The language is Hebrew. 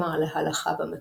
אך גם במקומות אחרים,